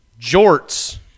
jorts